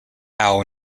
owl